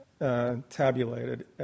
tabulated